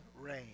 rain